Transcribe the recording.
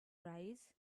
rise